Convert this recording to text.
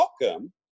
welcome